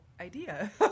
idea